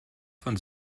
von